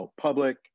public